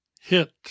hit